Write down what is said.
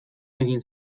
egin